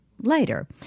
Later